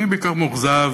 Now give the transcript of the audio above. אני בעיקר מאוכזב